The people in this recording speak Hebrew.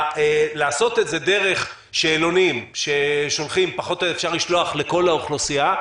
לעשות את זה דרך שאלונים שאפשר לשלוח לכל האוכלוסייה,